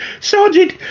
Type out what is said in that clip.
Sergeant